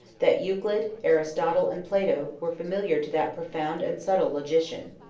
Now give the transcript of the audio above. that euclid, aristotle, and plato, were familiar to that profound and subtle logician.